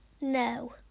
No